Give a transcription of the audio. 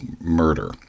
murder